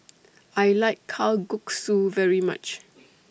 I like Kalguksu very much